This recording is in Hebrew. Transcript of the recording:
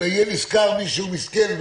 אלא יהיה נשכר מישהו מסכן,